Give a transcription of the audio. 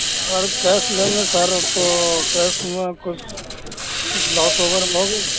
اگر کیش لیں گے سر تو کیش میں کچھ لاس وغیرہ لوگے